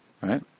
Right